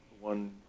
one